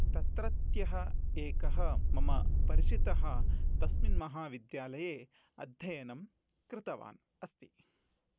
तत्रत्यः एकः मम परिचितः तस्मिन् महाविद्यालये अध्ययनं कृतवान् अस्ति